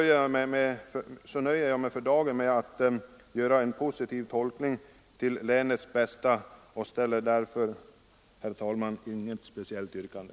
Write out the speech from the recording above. Jag nöjer mig för dagen med att tolka utskottets skrivning till länets bästa och ställer därför, herr talman, inget speciellt yrkande.